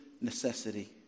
necessity